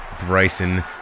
Bryson